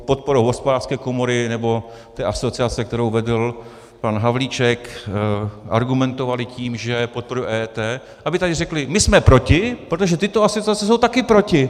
podporou Hospodářské komory nebo asociace, kterou vedl pan Havlíček, argumentovali tím, že podporují EET, aby tady řekli: My jsme proti, protože tyto asociace jsou také proti.